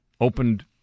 opened